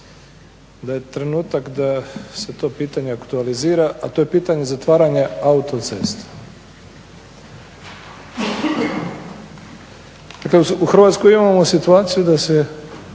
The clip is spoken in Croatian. da je trenutak da se to pitanje aktualizira, a to je pitanje zatvaranja autocesta. Dakle, u Hrvatskoj imamo situaciju da se